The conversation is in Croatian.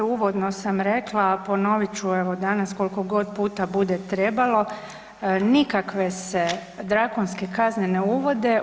Uvodno sam rekla, a ponovit ću evo danas koliko god puta bude trebalo, nikakve se drakonske kazne ne uvode.